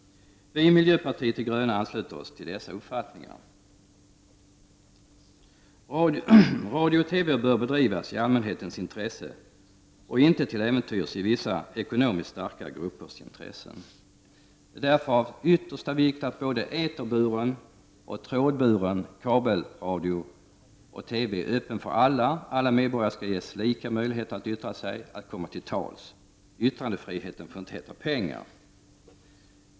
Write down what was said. Vi i miljöpartiet de gröna ansluter oss till dessa uppfattningar. Radio och TV bör bedrivas i allmänhetens intresse och inte till äventyrs i vissa ekonomiskt starka gruppers intresse. Det är därför av yttersta vikt att både eterburen och trådburen radio och TV är öppen för alla; alla medborgare skall ges lika möjligheter att yttra sig, att komma till tals. Yttrandefriheten får inte heta pengar.